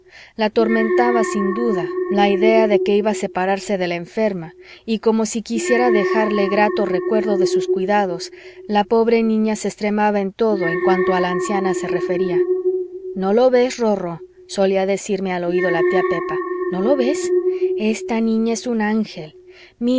la atormentaba sin duda la idea de que iba a separarse de la enferma y como si quisiera dejarle grato recuerdo de sus cuidados la pobre niña se extremaba en todo cuanto a la anciana se refería no lo ves rorró solía decirme al oído la tía pepa no lo ves esta niña es un ángel mira